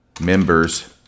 members